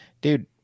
dude